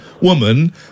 woman